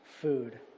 food